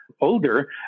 older